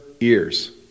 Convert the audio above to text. ears